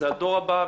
זה הדור הבא.